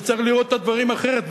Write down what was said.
וצריך לראות את הדברים אחרת,